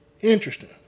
Interesting